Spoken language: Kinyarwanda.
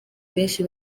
benshi